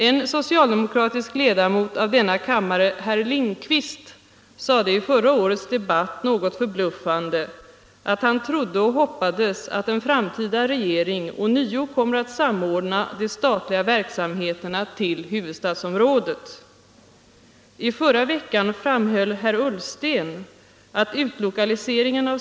En socialdemokratisk ledamot av denna kammare, herr Lindkvist, sade i förra årets debatt, något förbluffande, att han trodde och hoppades att en framtida regering ånyo kommer att samordna de statliga verksamheterna till huvudstadsområdet.